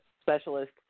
specialist